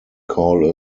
call